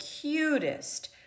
cutest